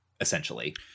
essentially